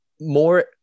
more